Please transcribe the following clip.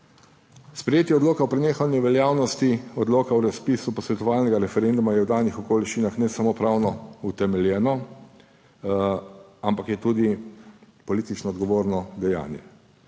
Sprejetje Odloka o prenehanju veljavnosti Odloka o razpisu posvetovalnega referenduma je v danih okoliščinah ne samo pravno utemeljeno, ampak je tudi politično odgovorno dejanje.